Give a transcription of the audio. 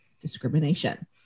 discrimination